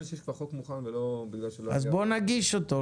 בחוק מוכן --- אז בוא נגיש אותו.